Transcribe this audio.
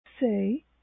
say